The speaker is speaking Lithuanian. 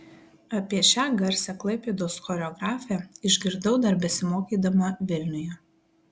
apie šią garsią klaipėdos choreografę išgirdau dar besimokydama vilniuje